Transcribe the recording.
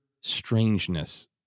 strangeness